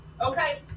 okay